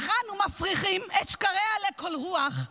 / אך אנו מפריחים את שקריה לכל רוח.